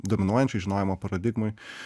dominuojančioj žinojimo paradigmoj